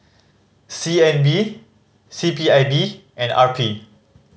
C N B C P I B and R P